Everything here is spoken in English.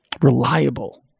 reliable